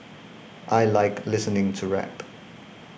I like listening to rap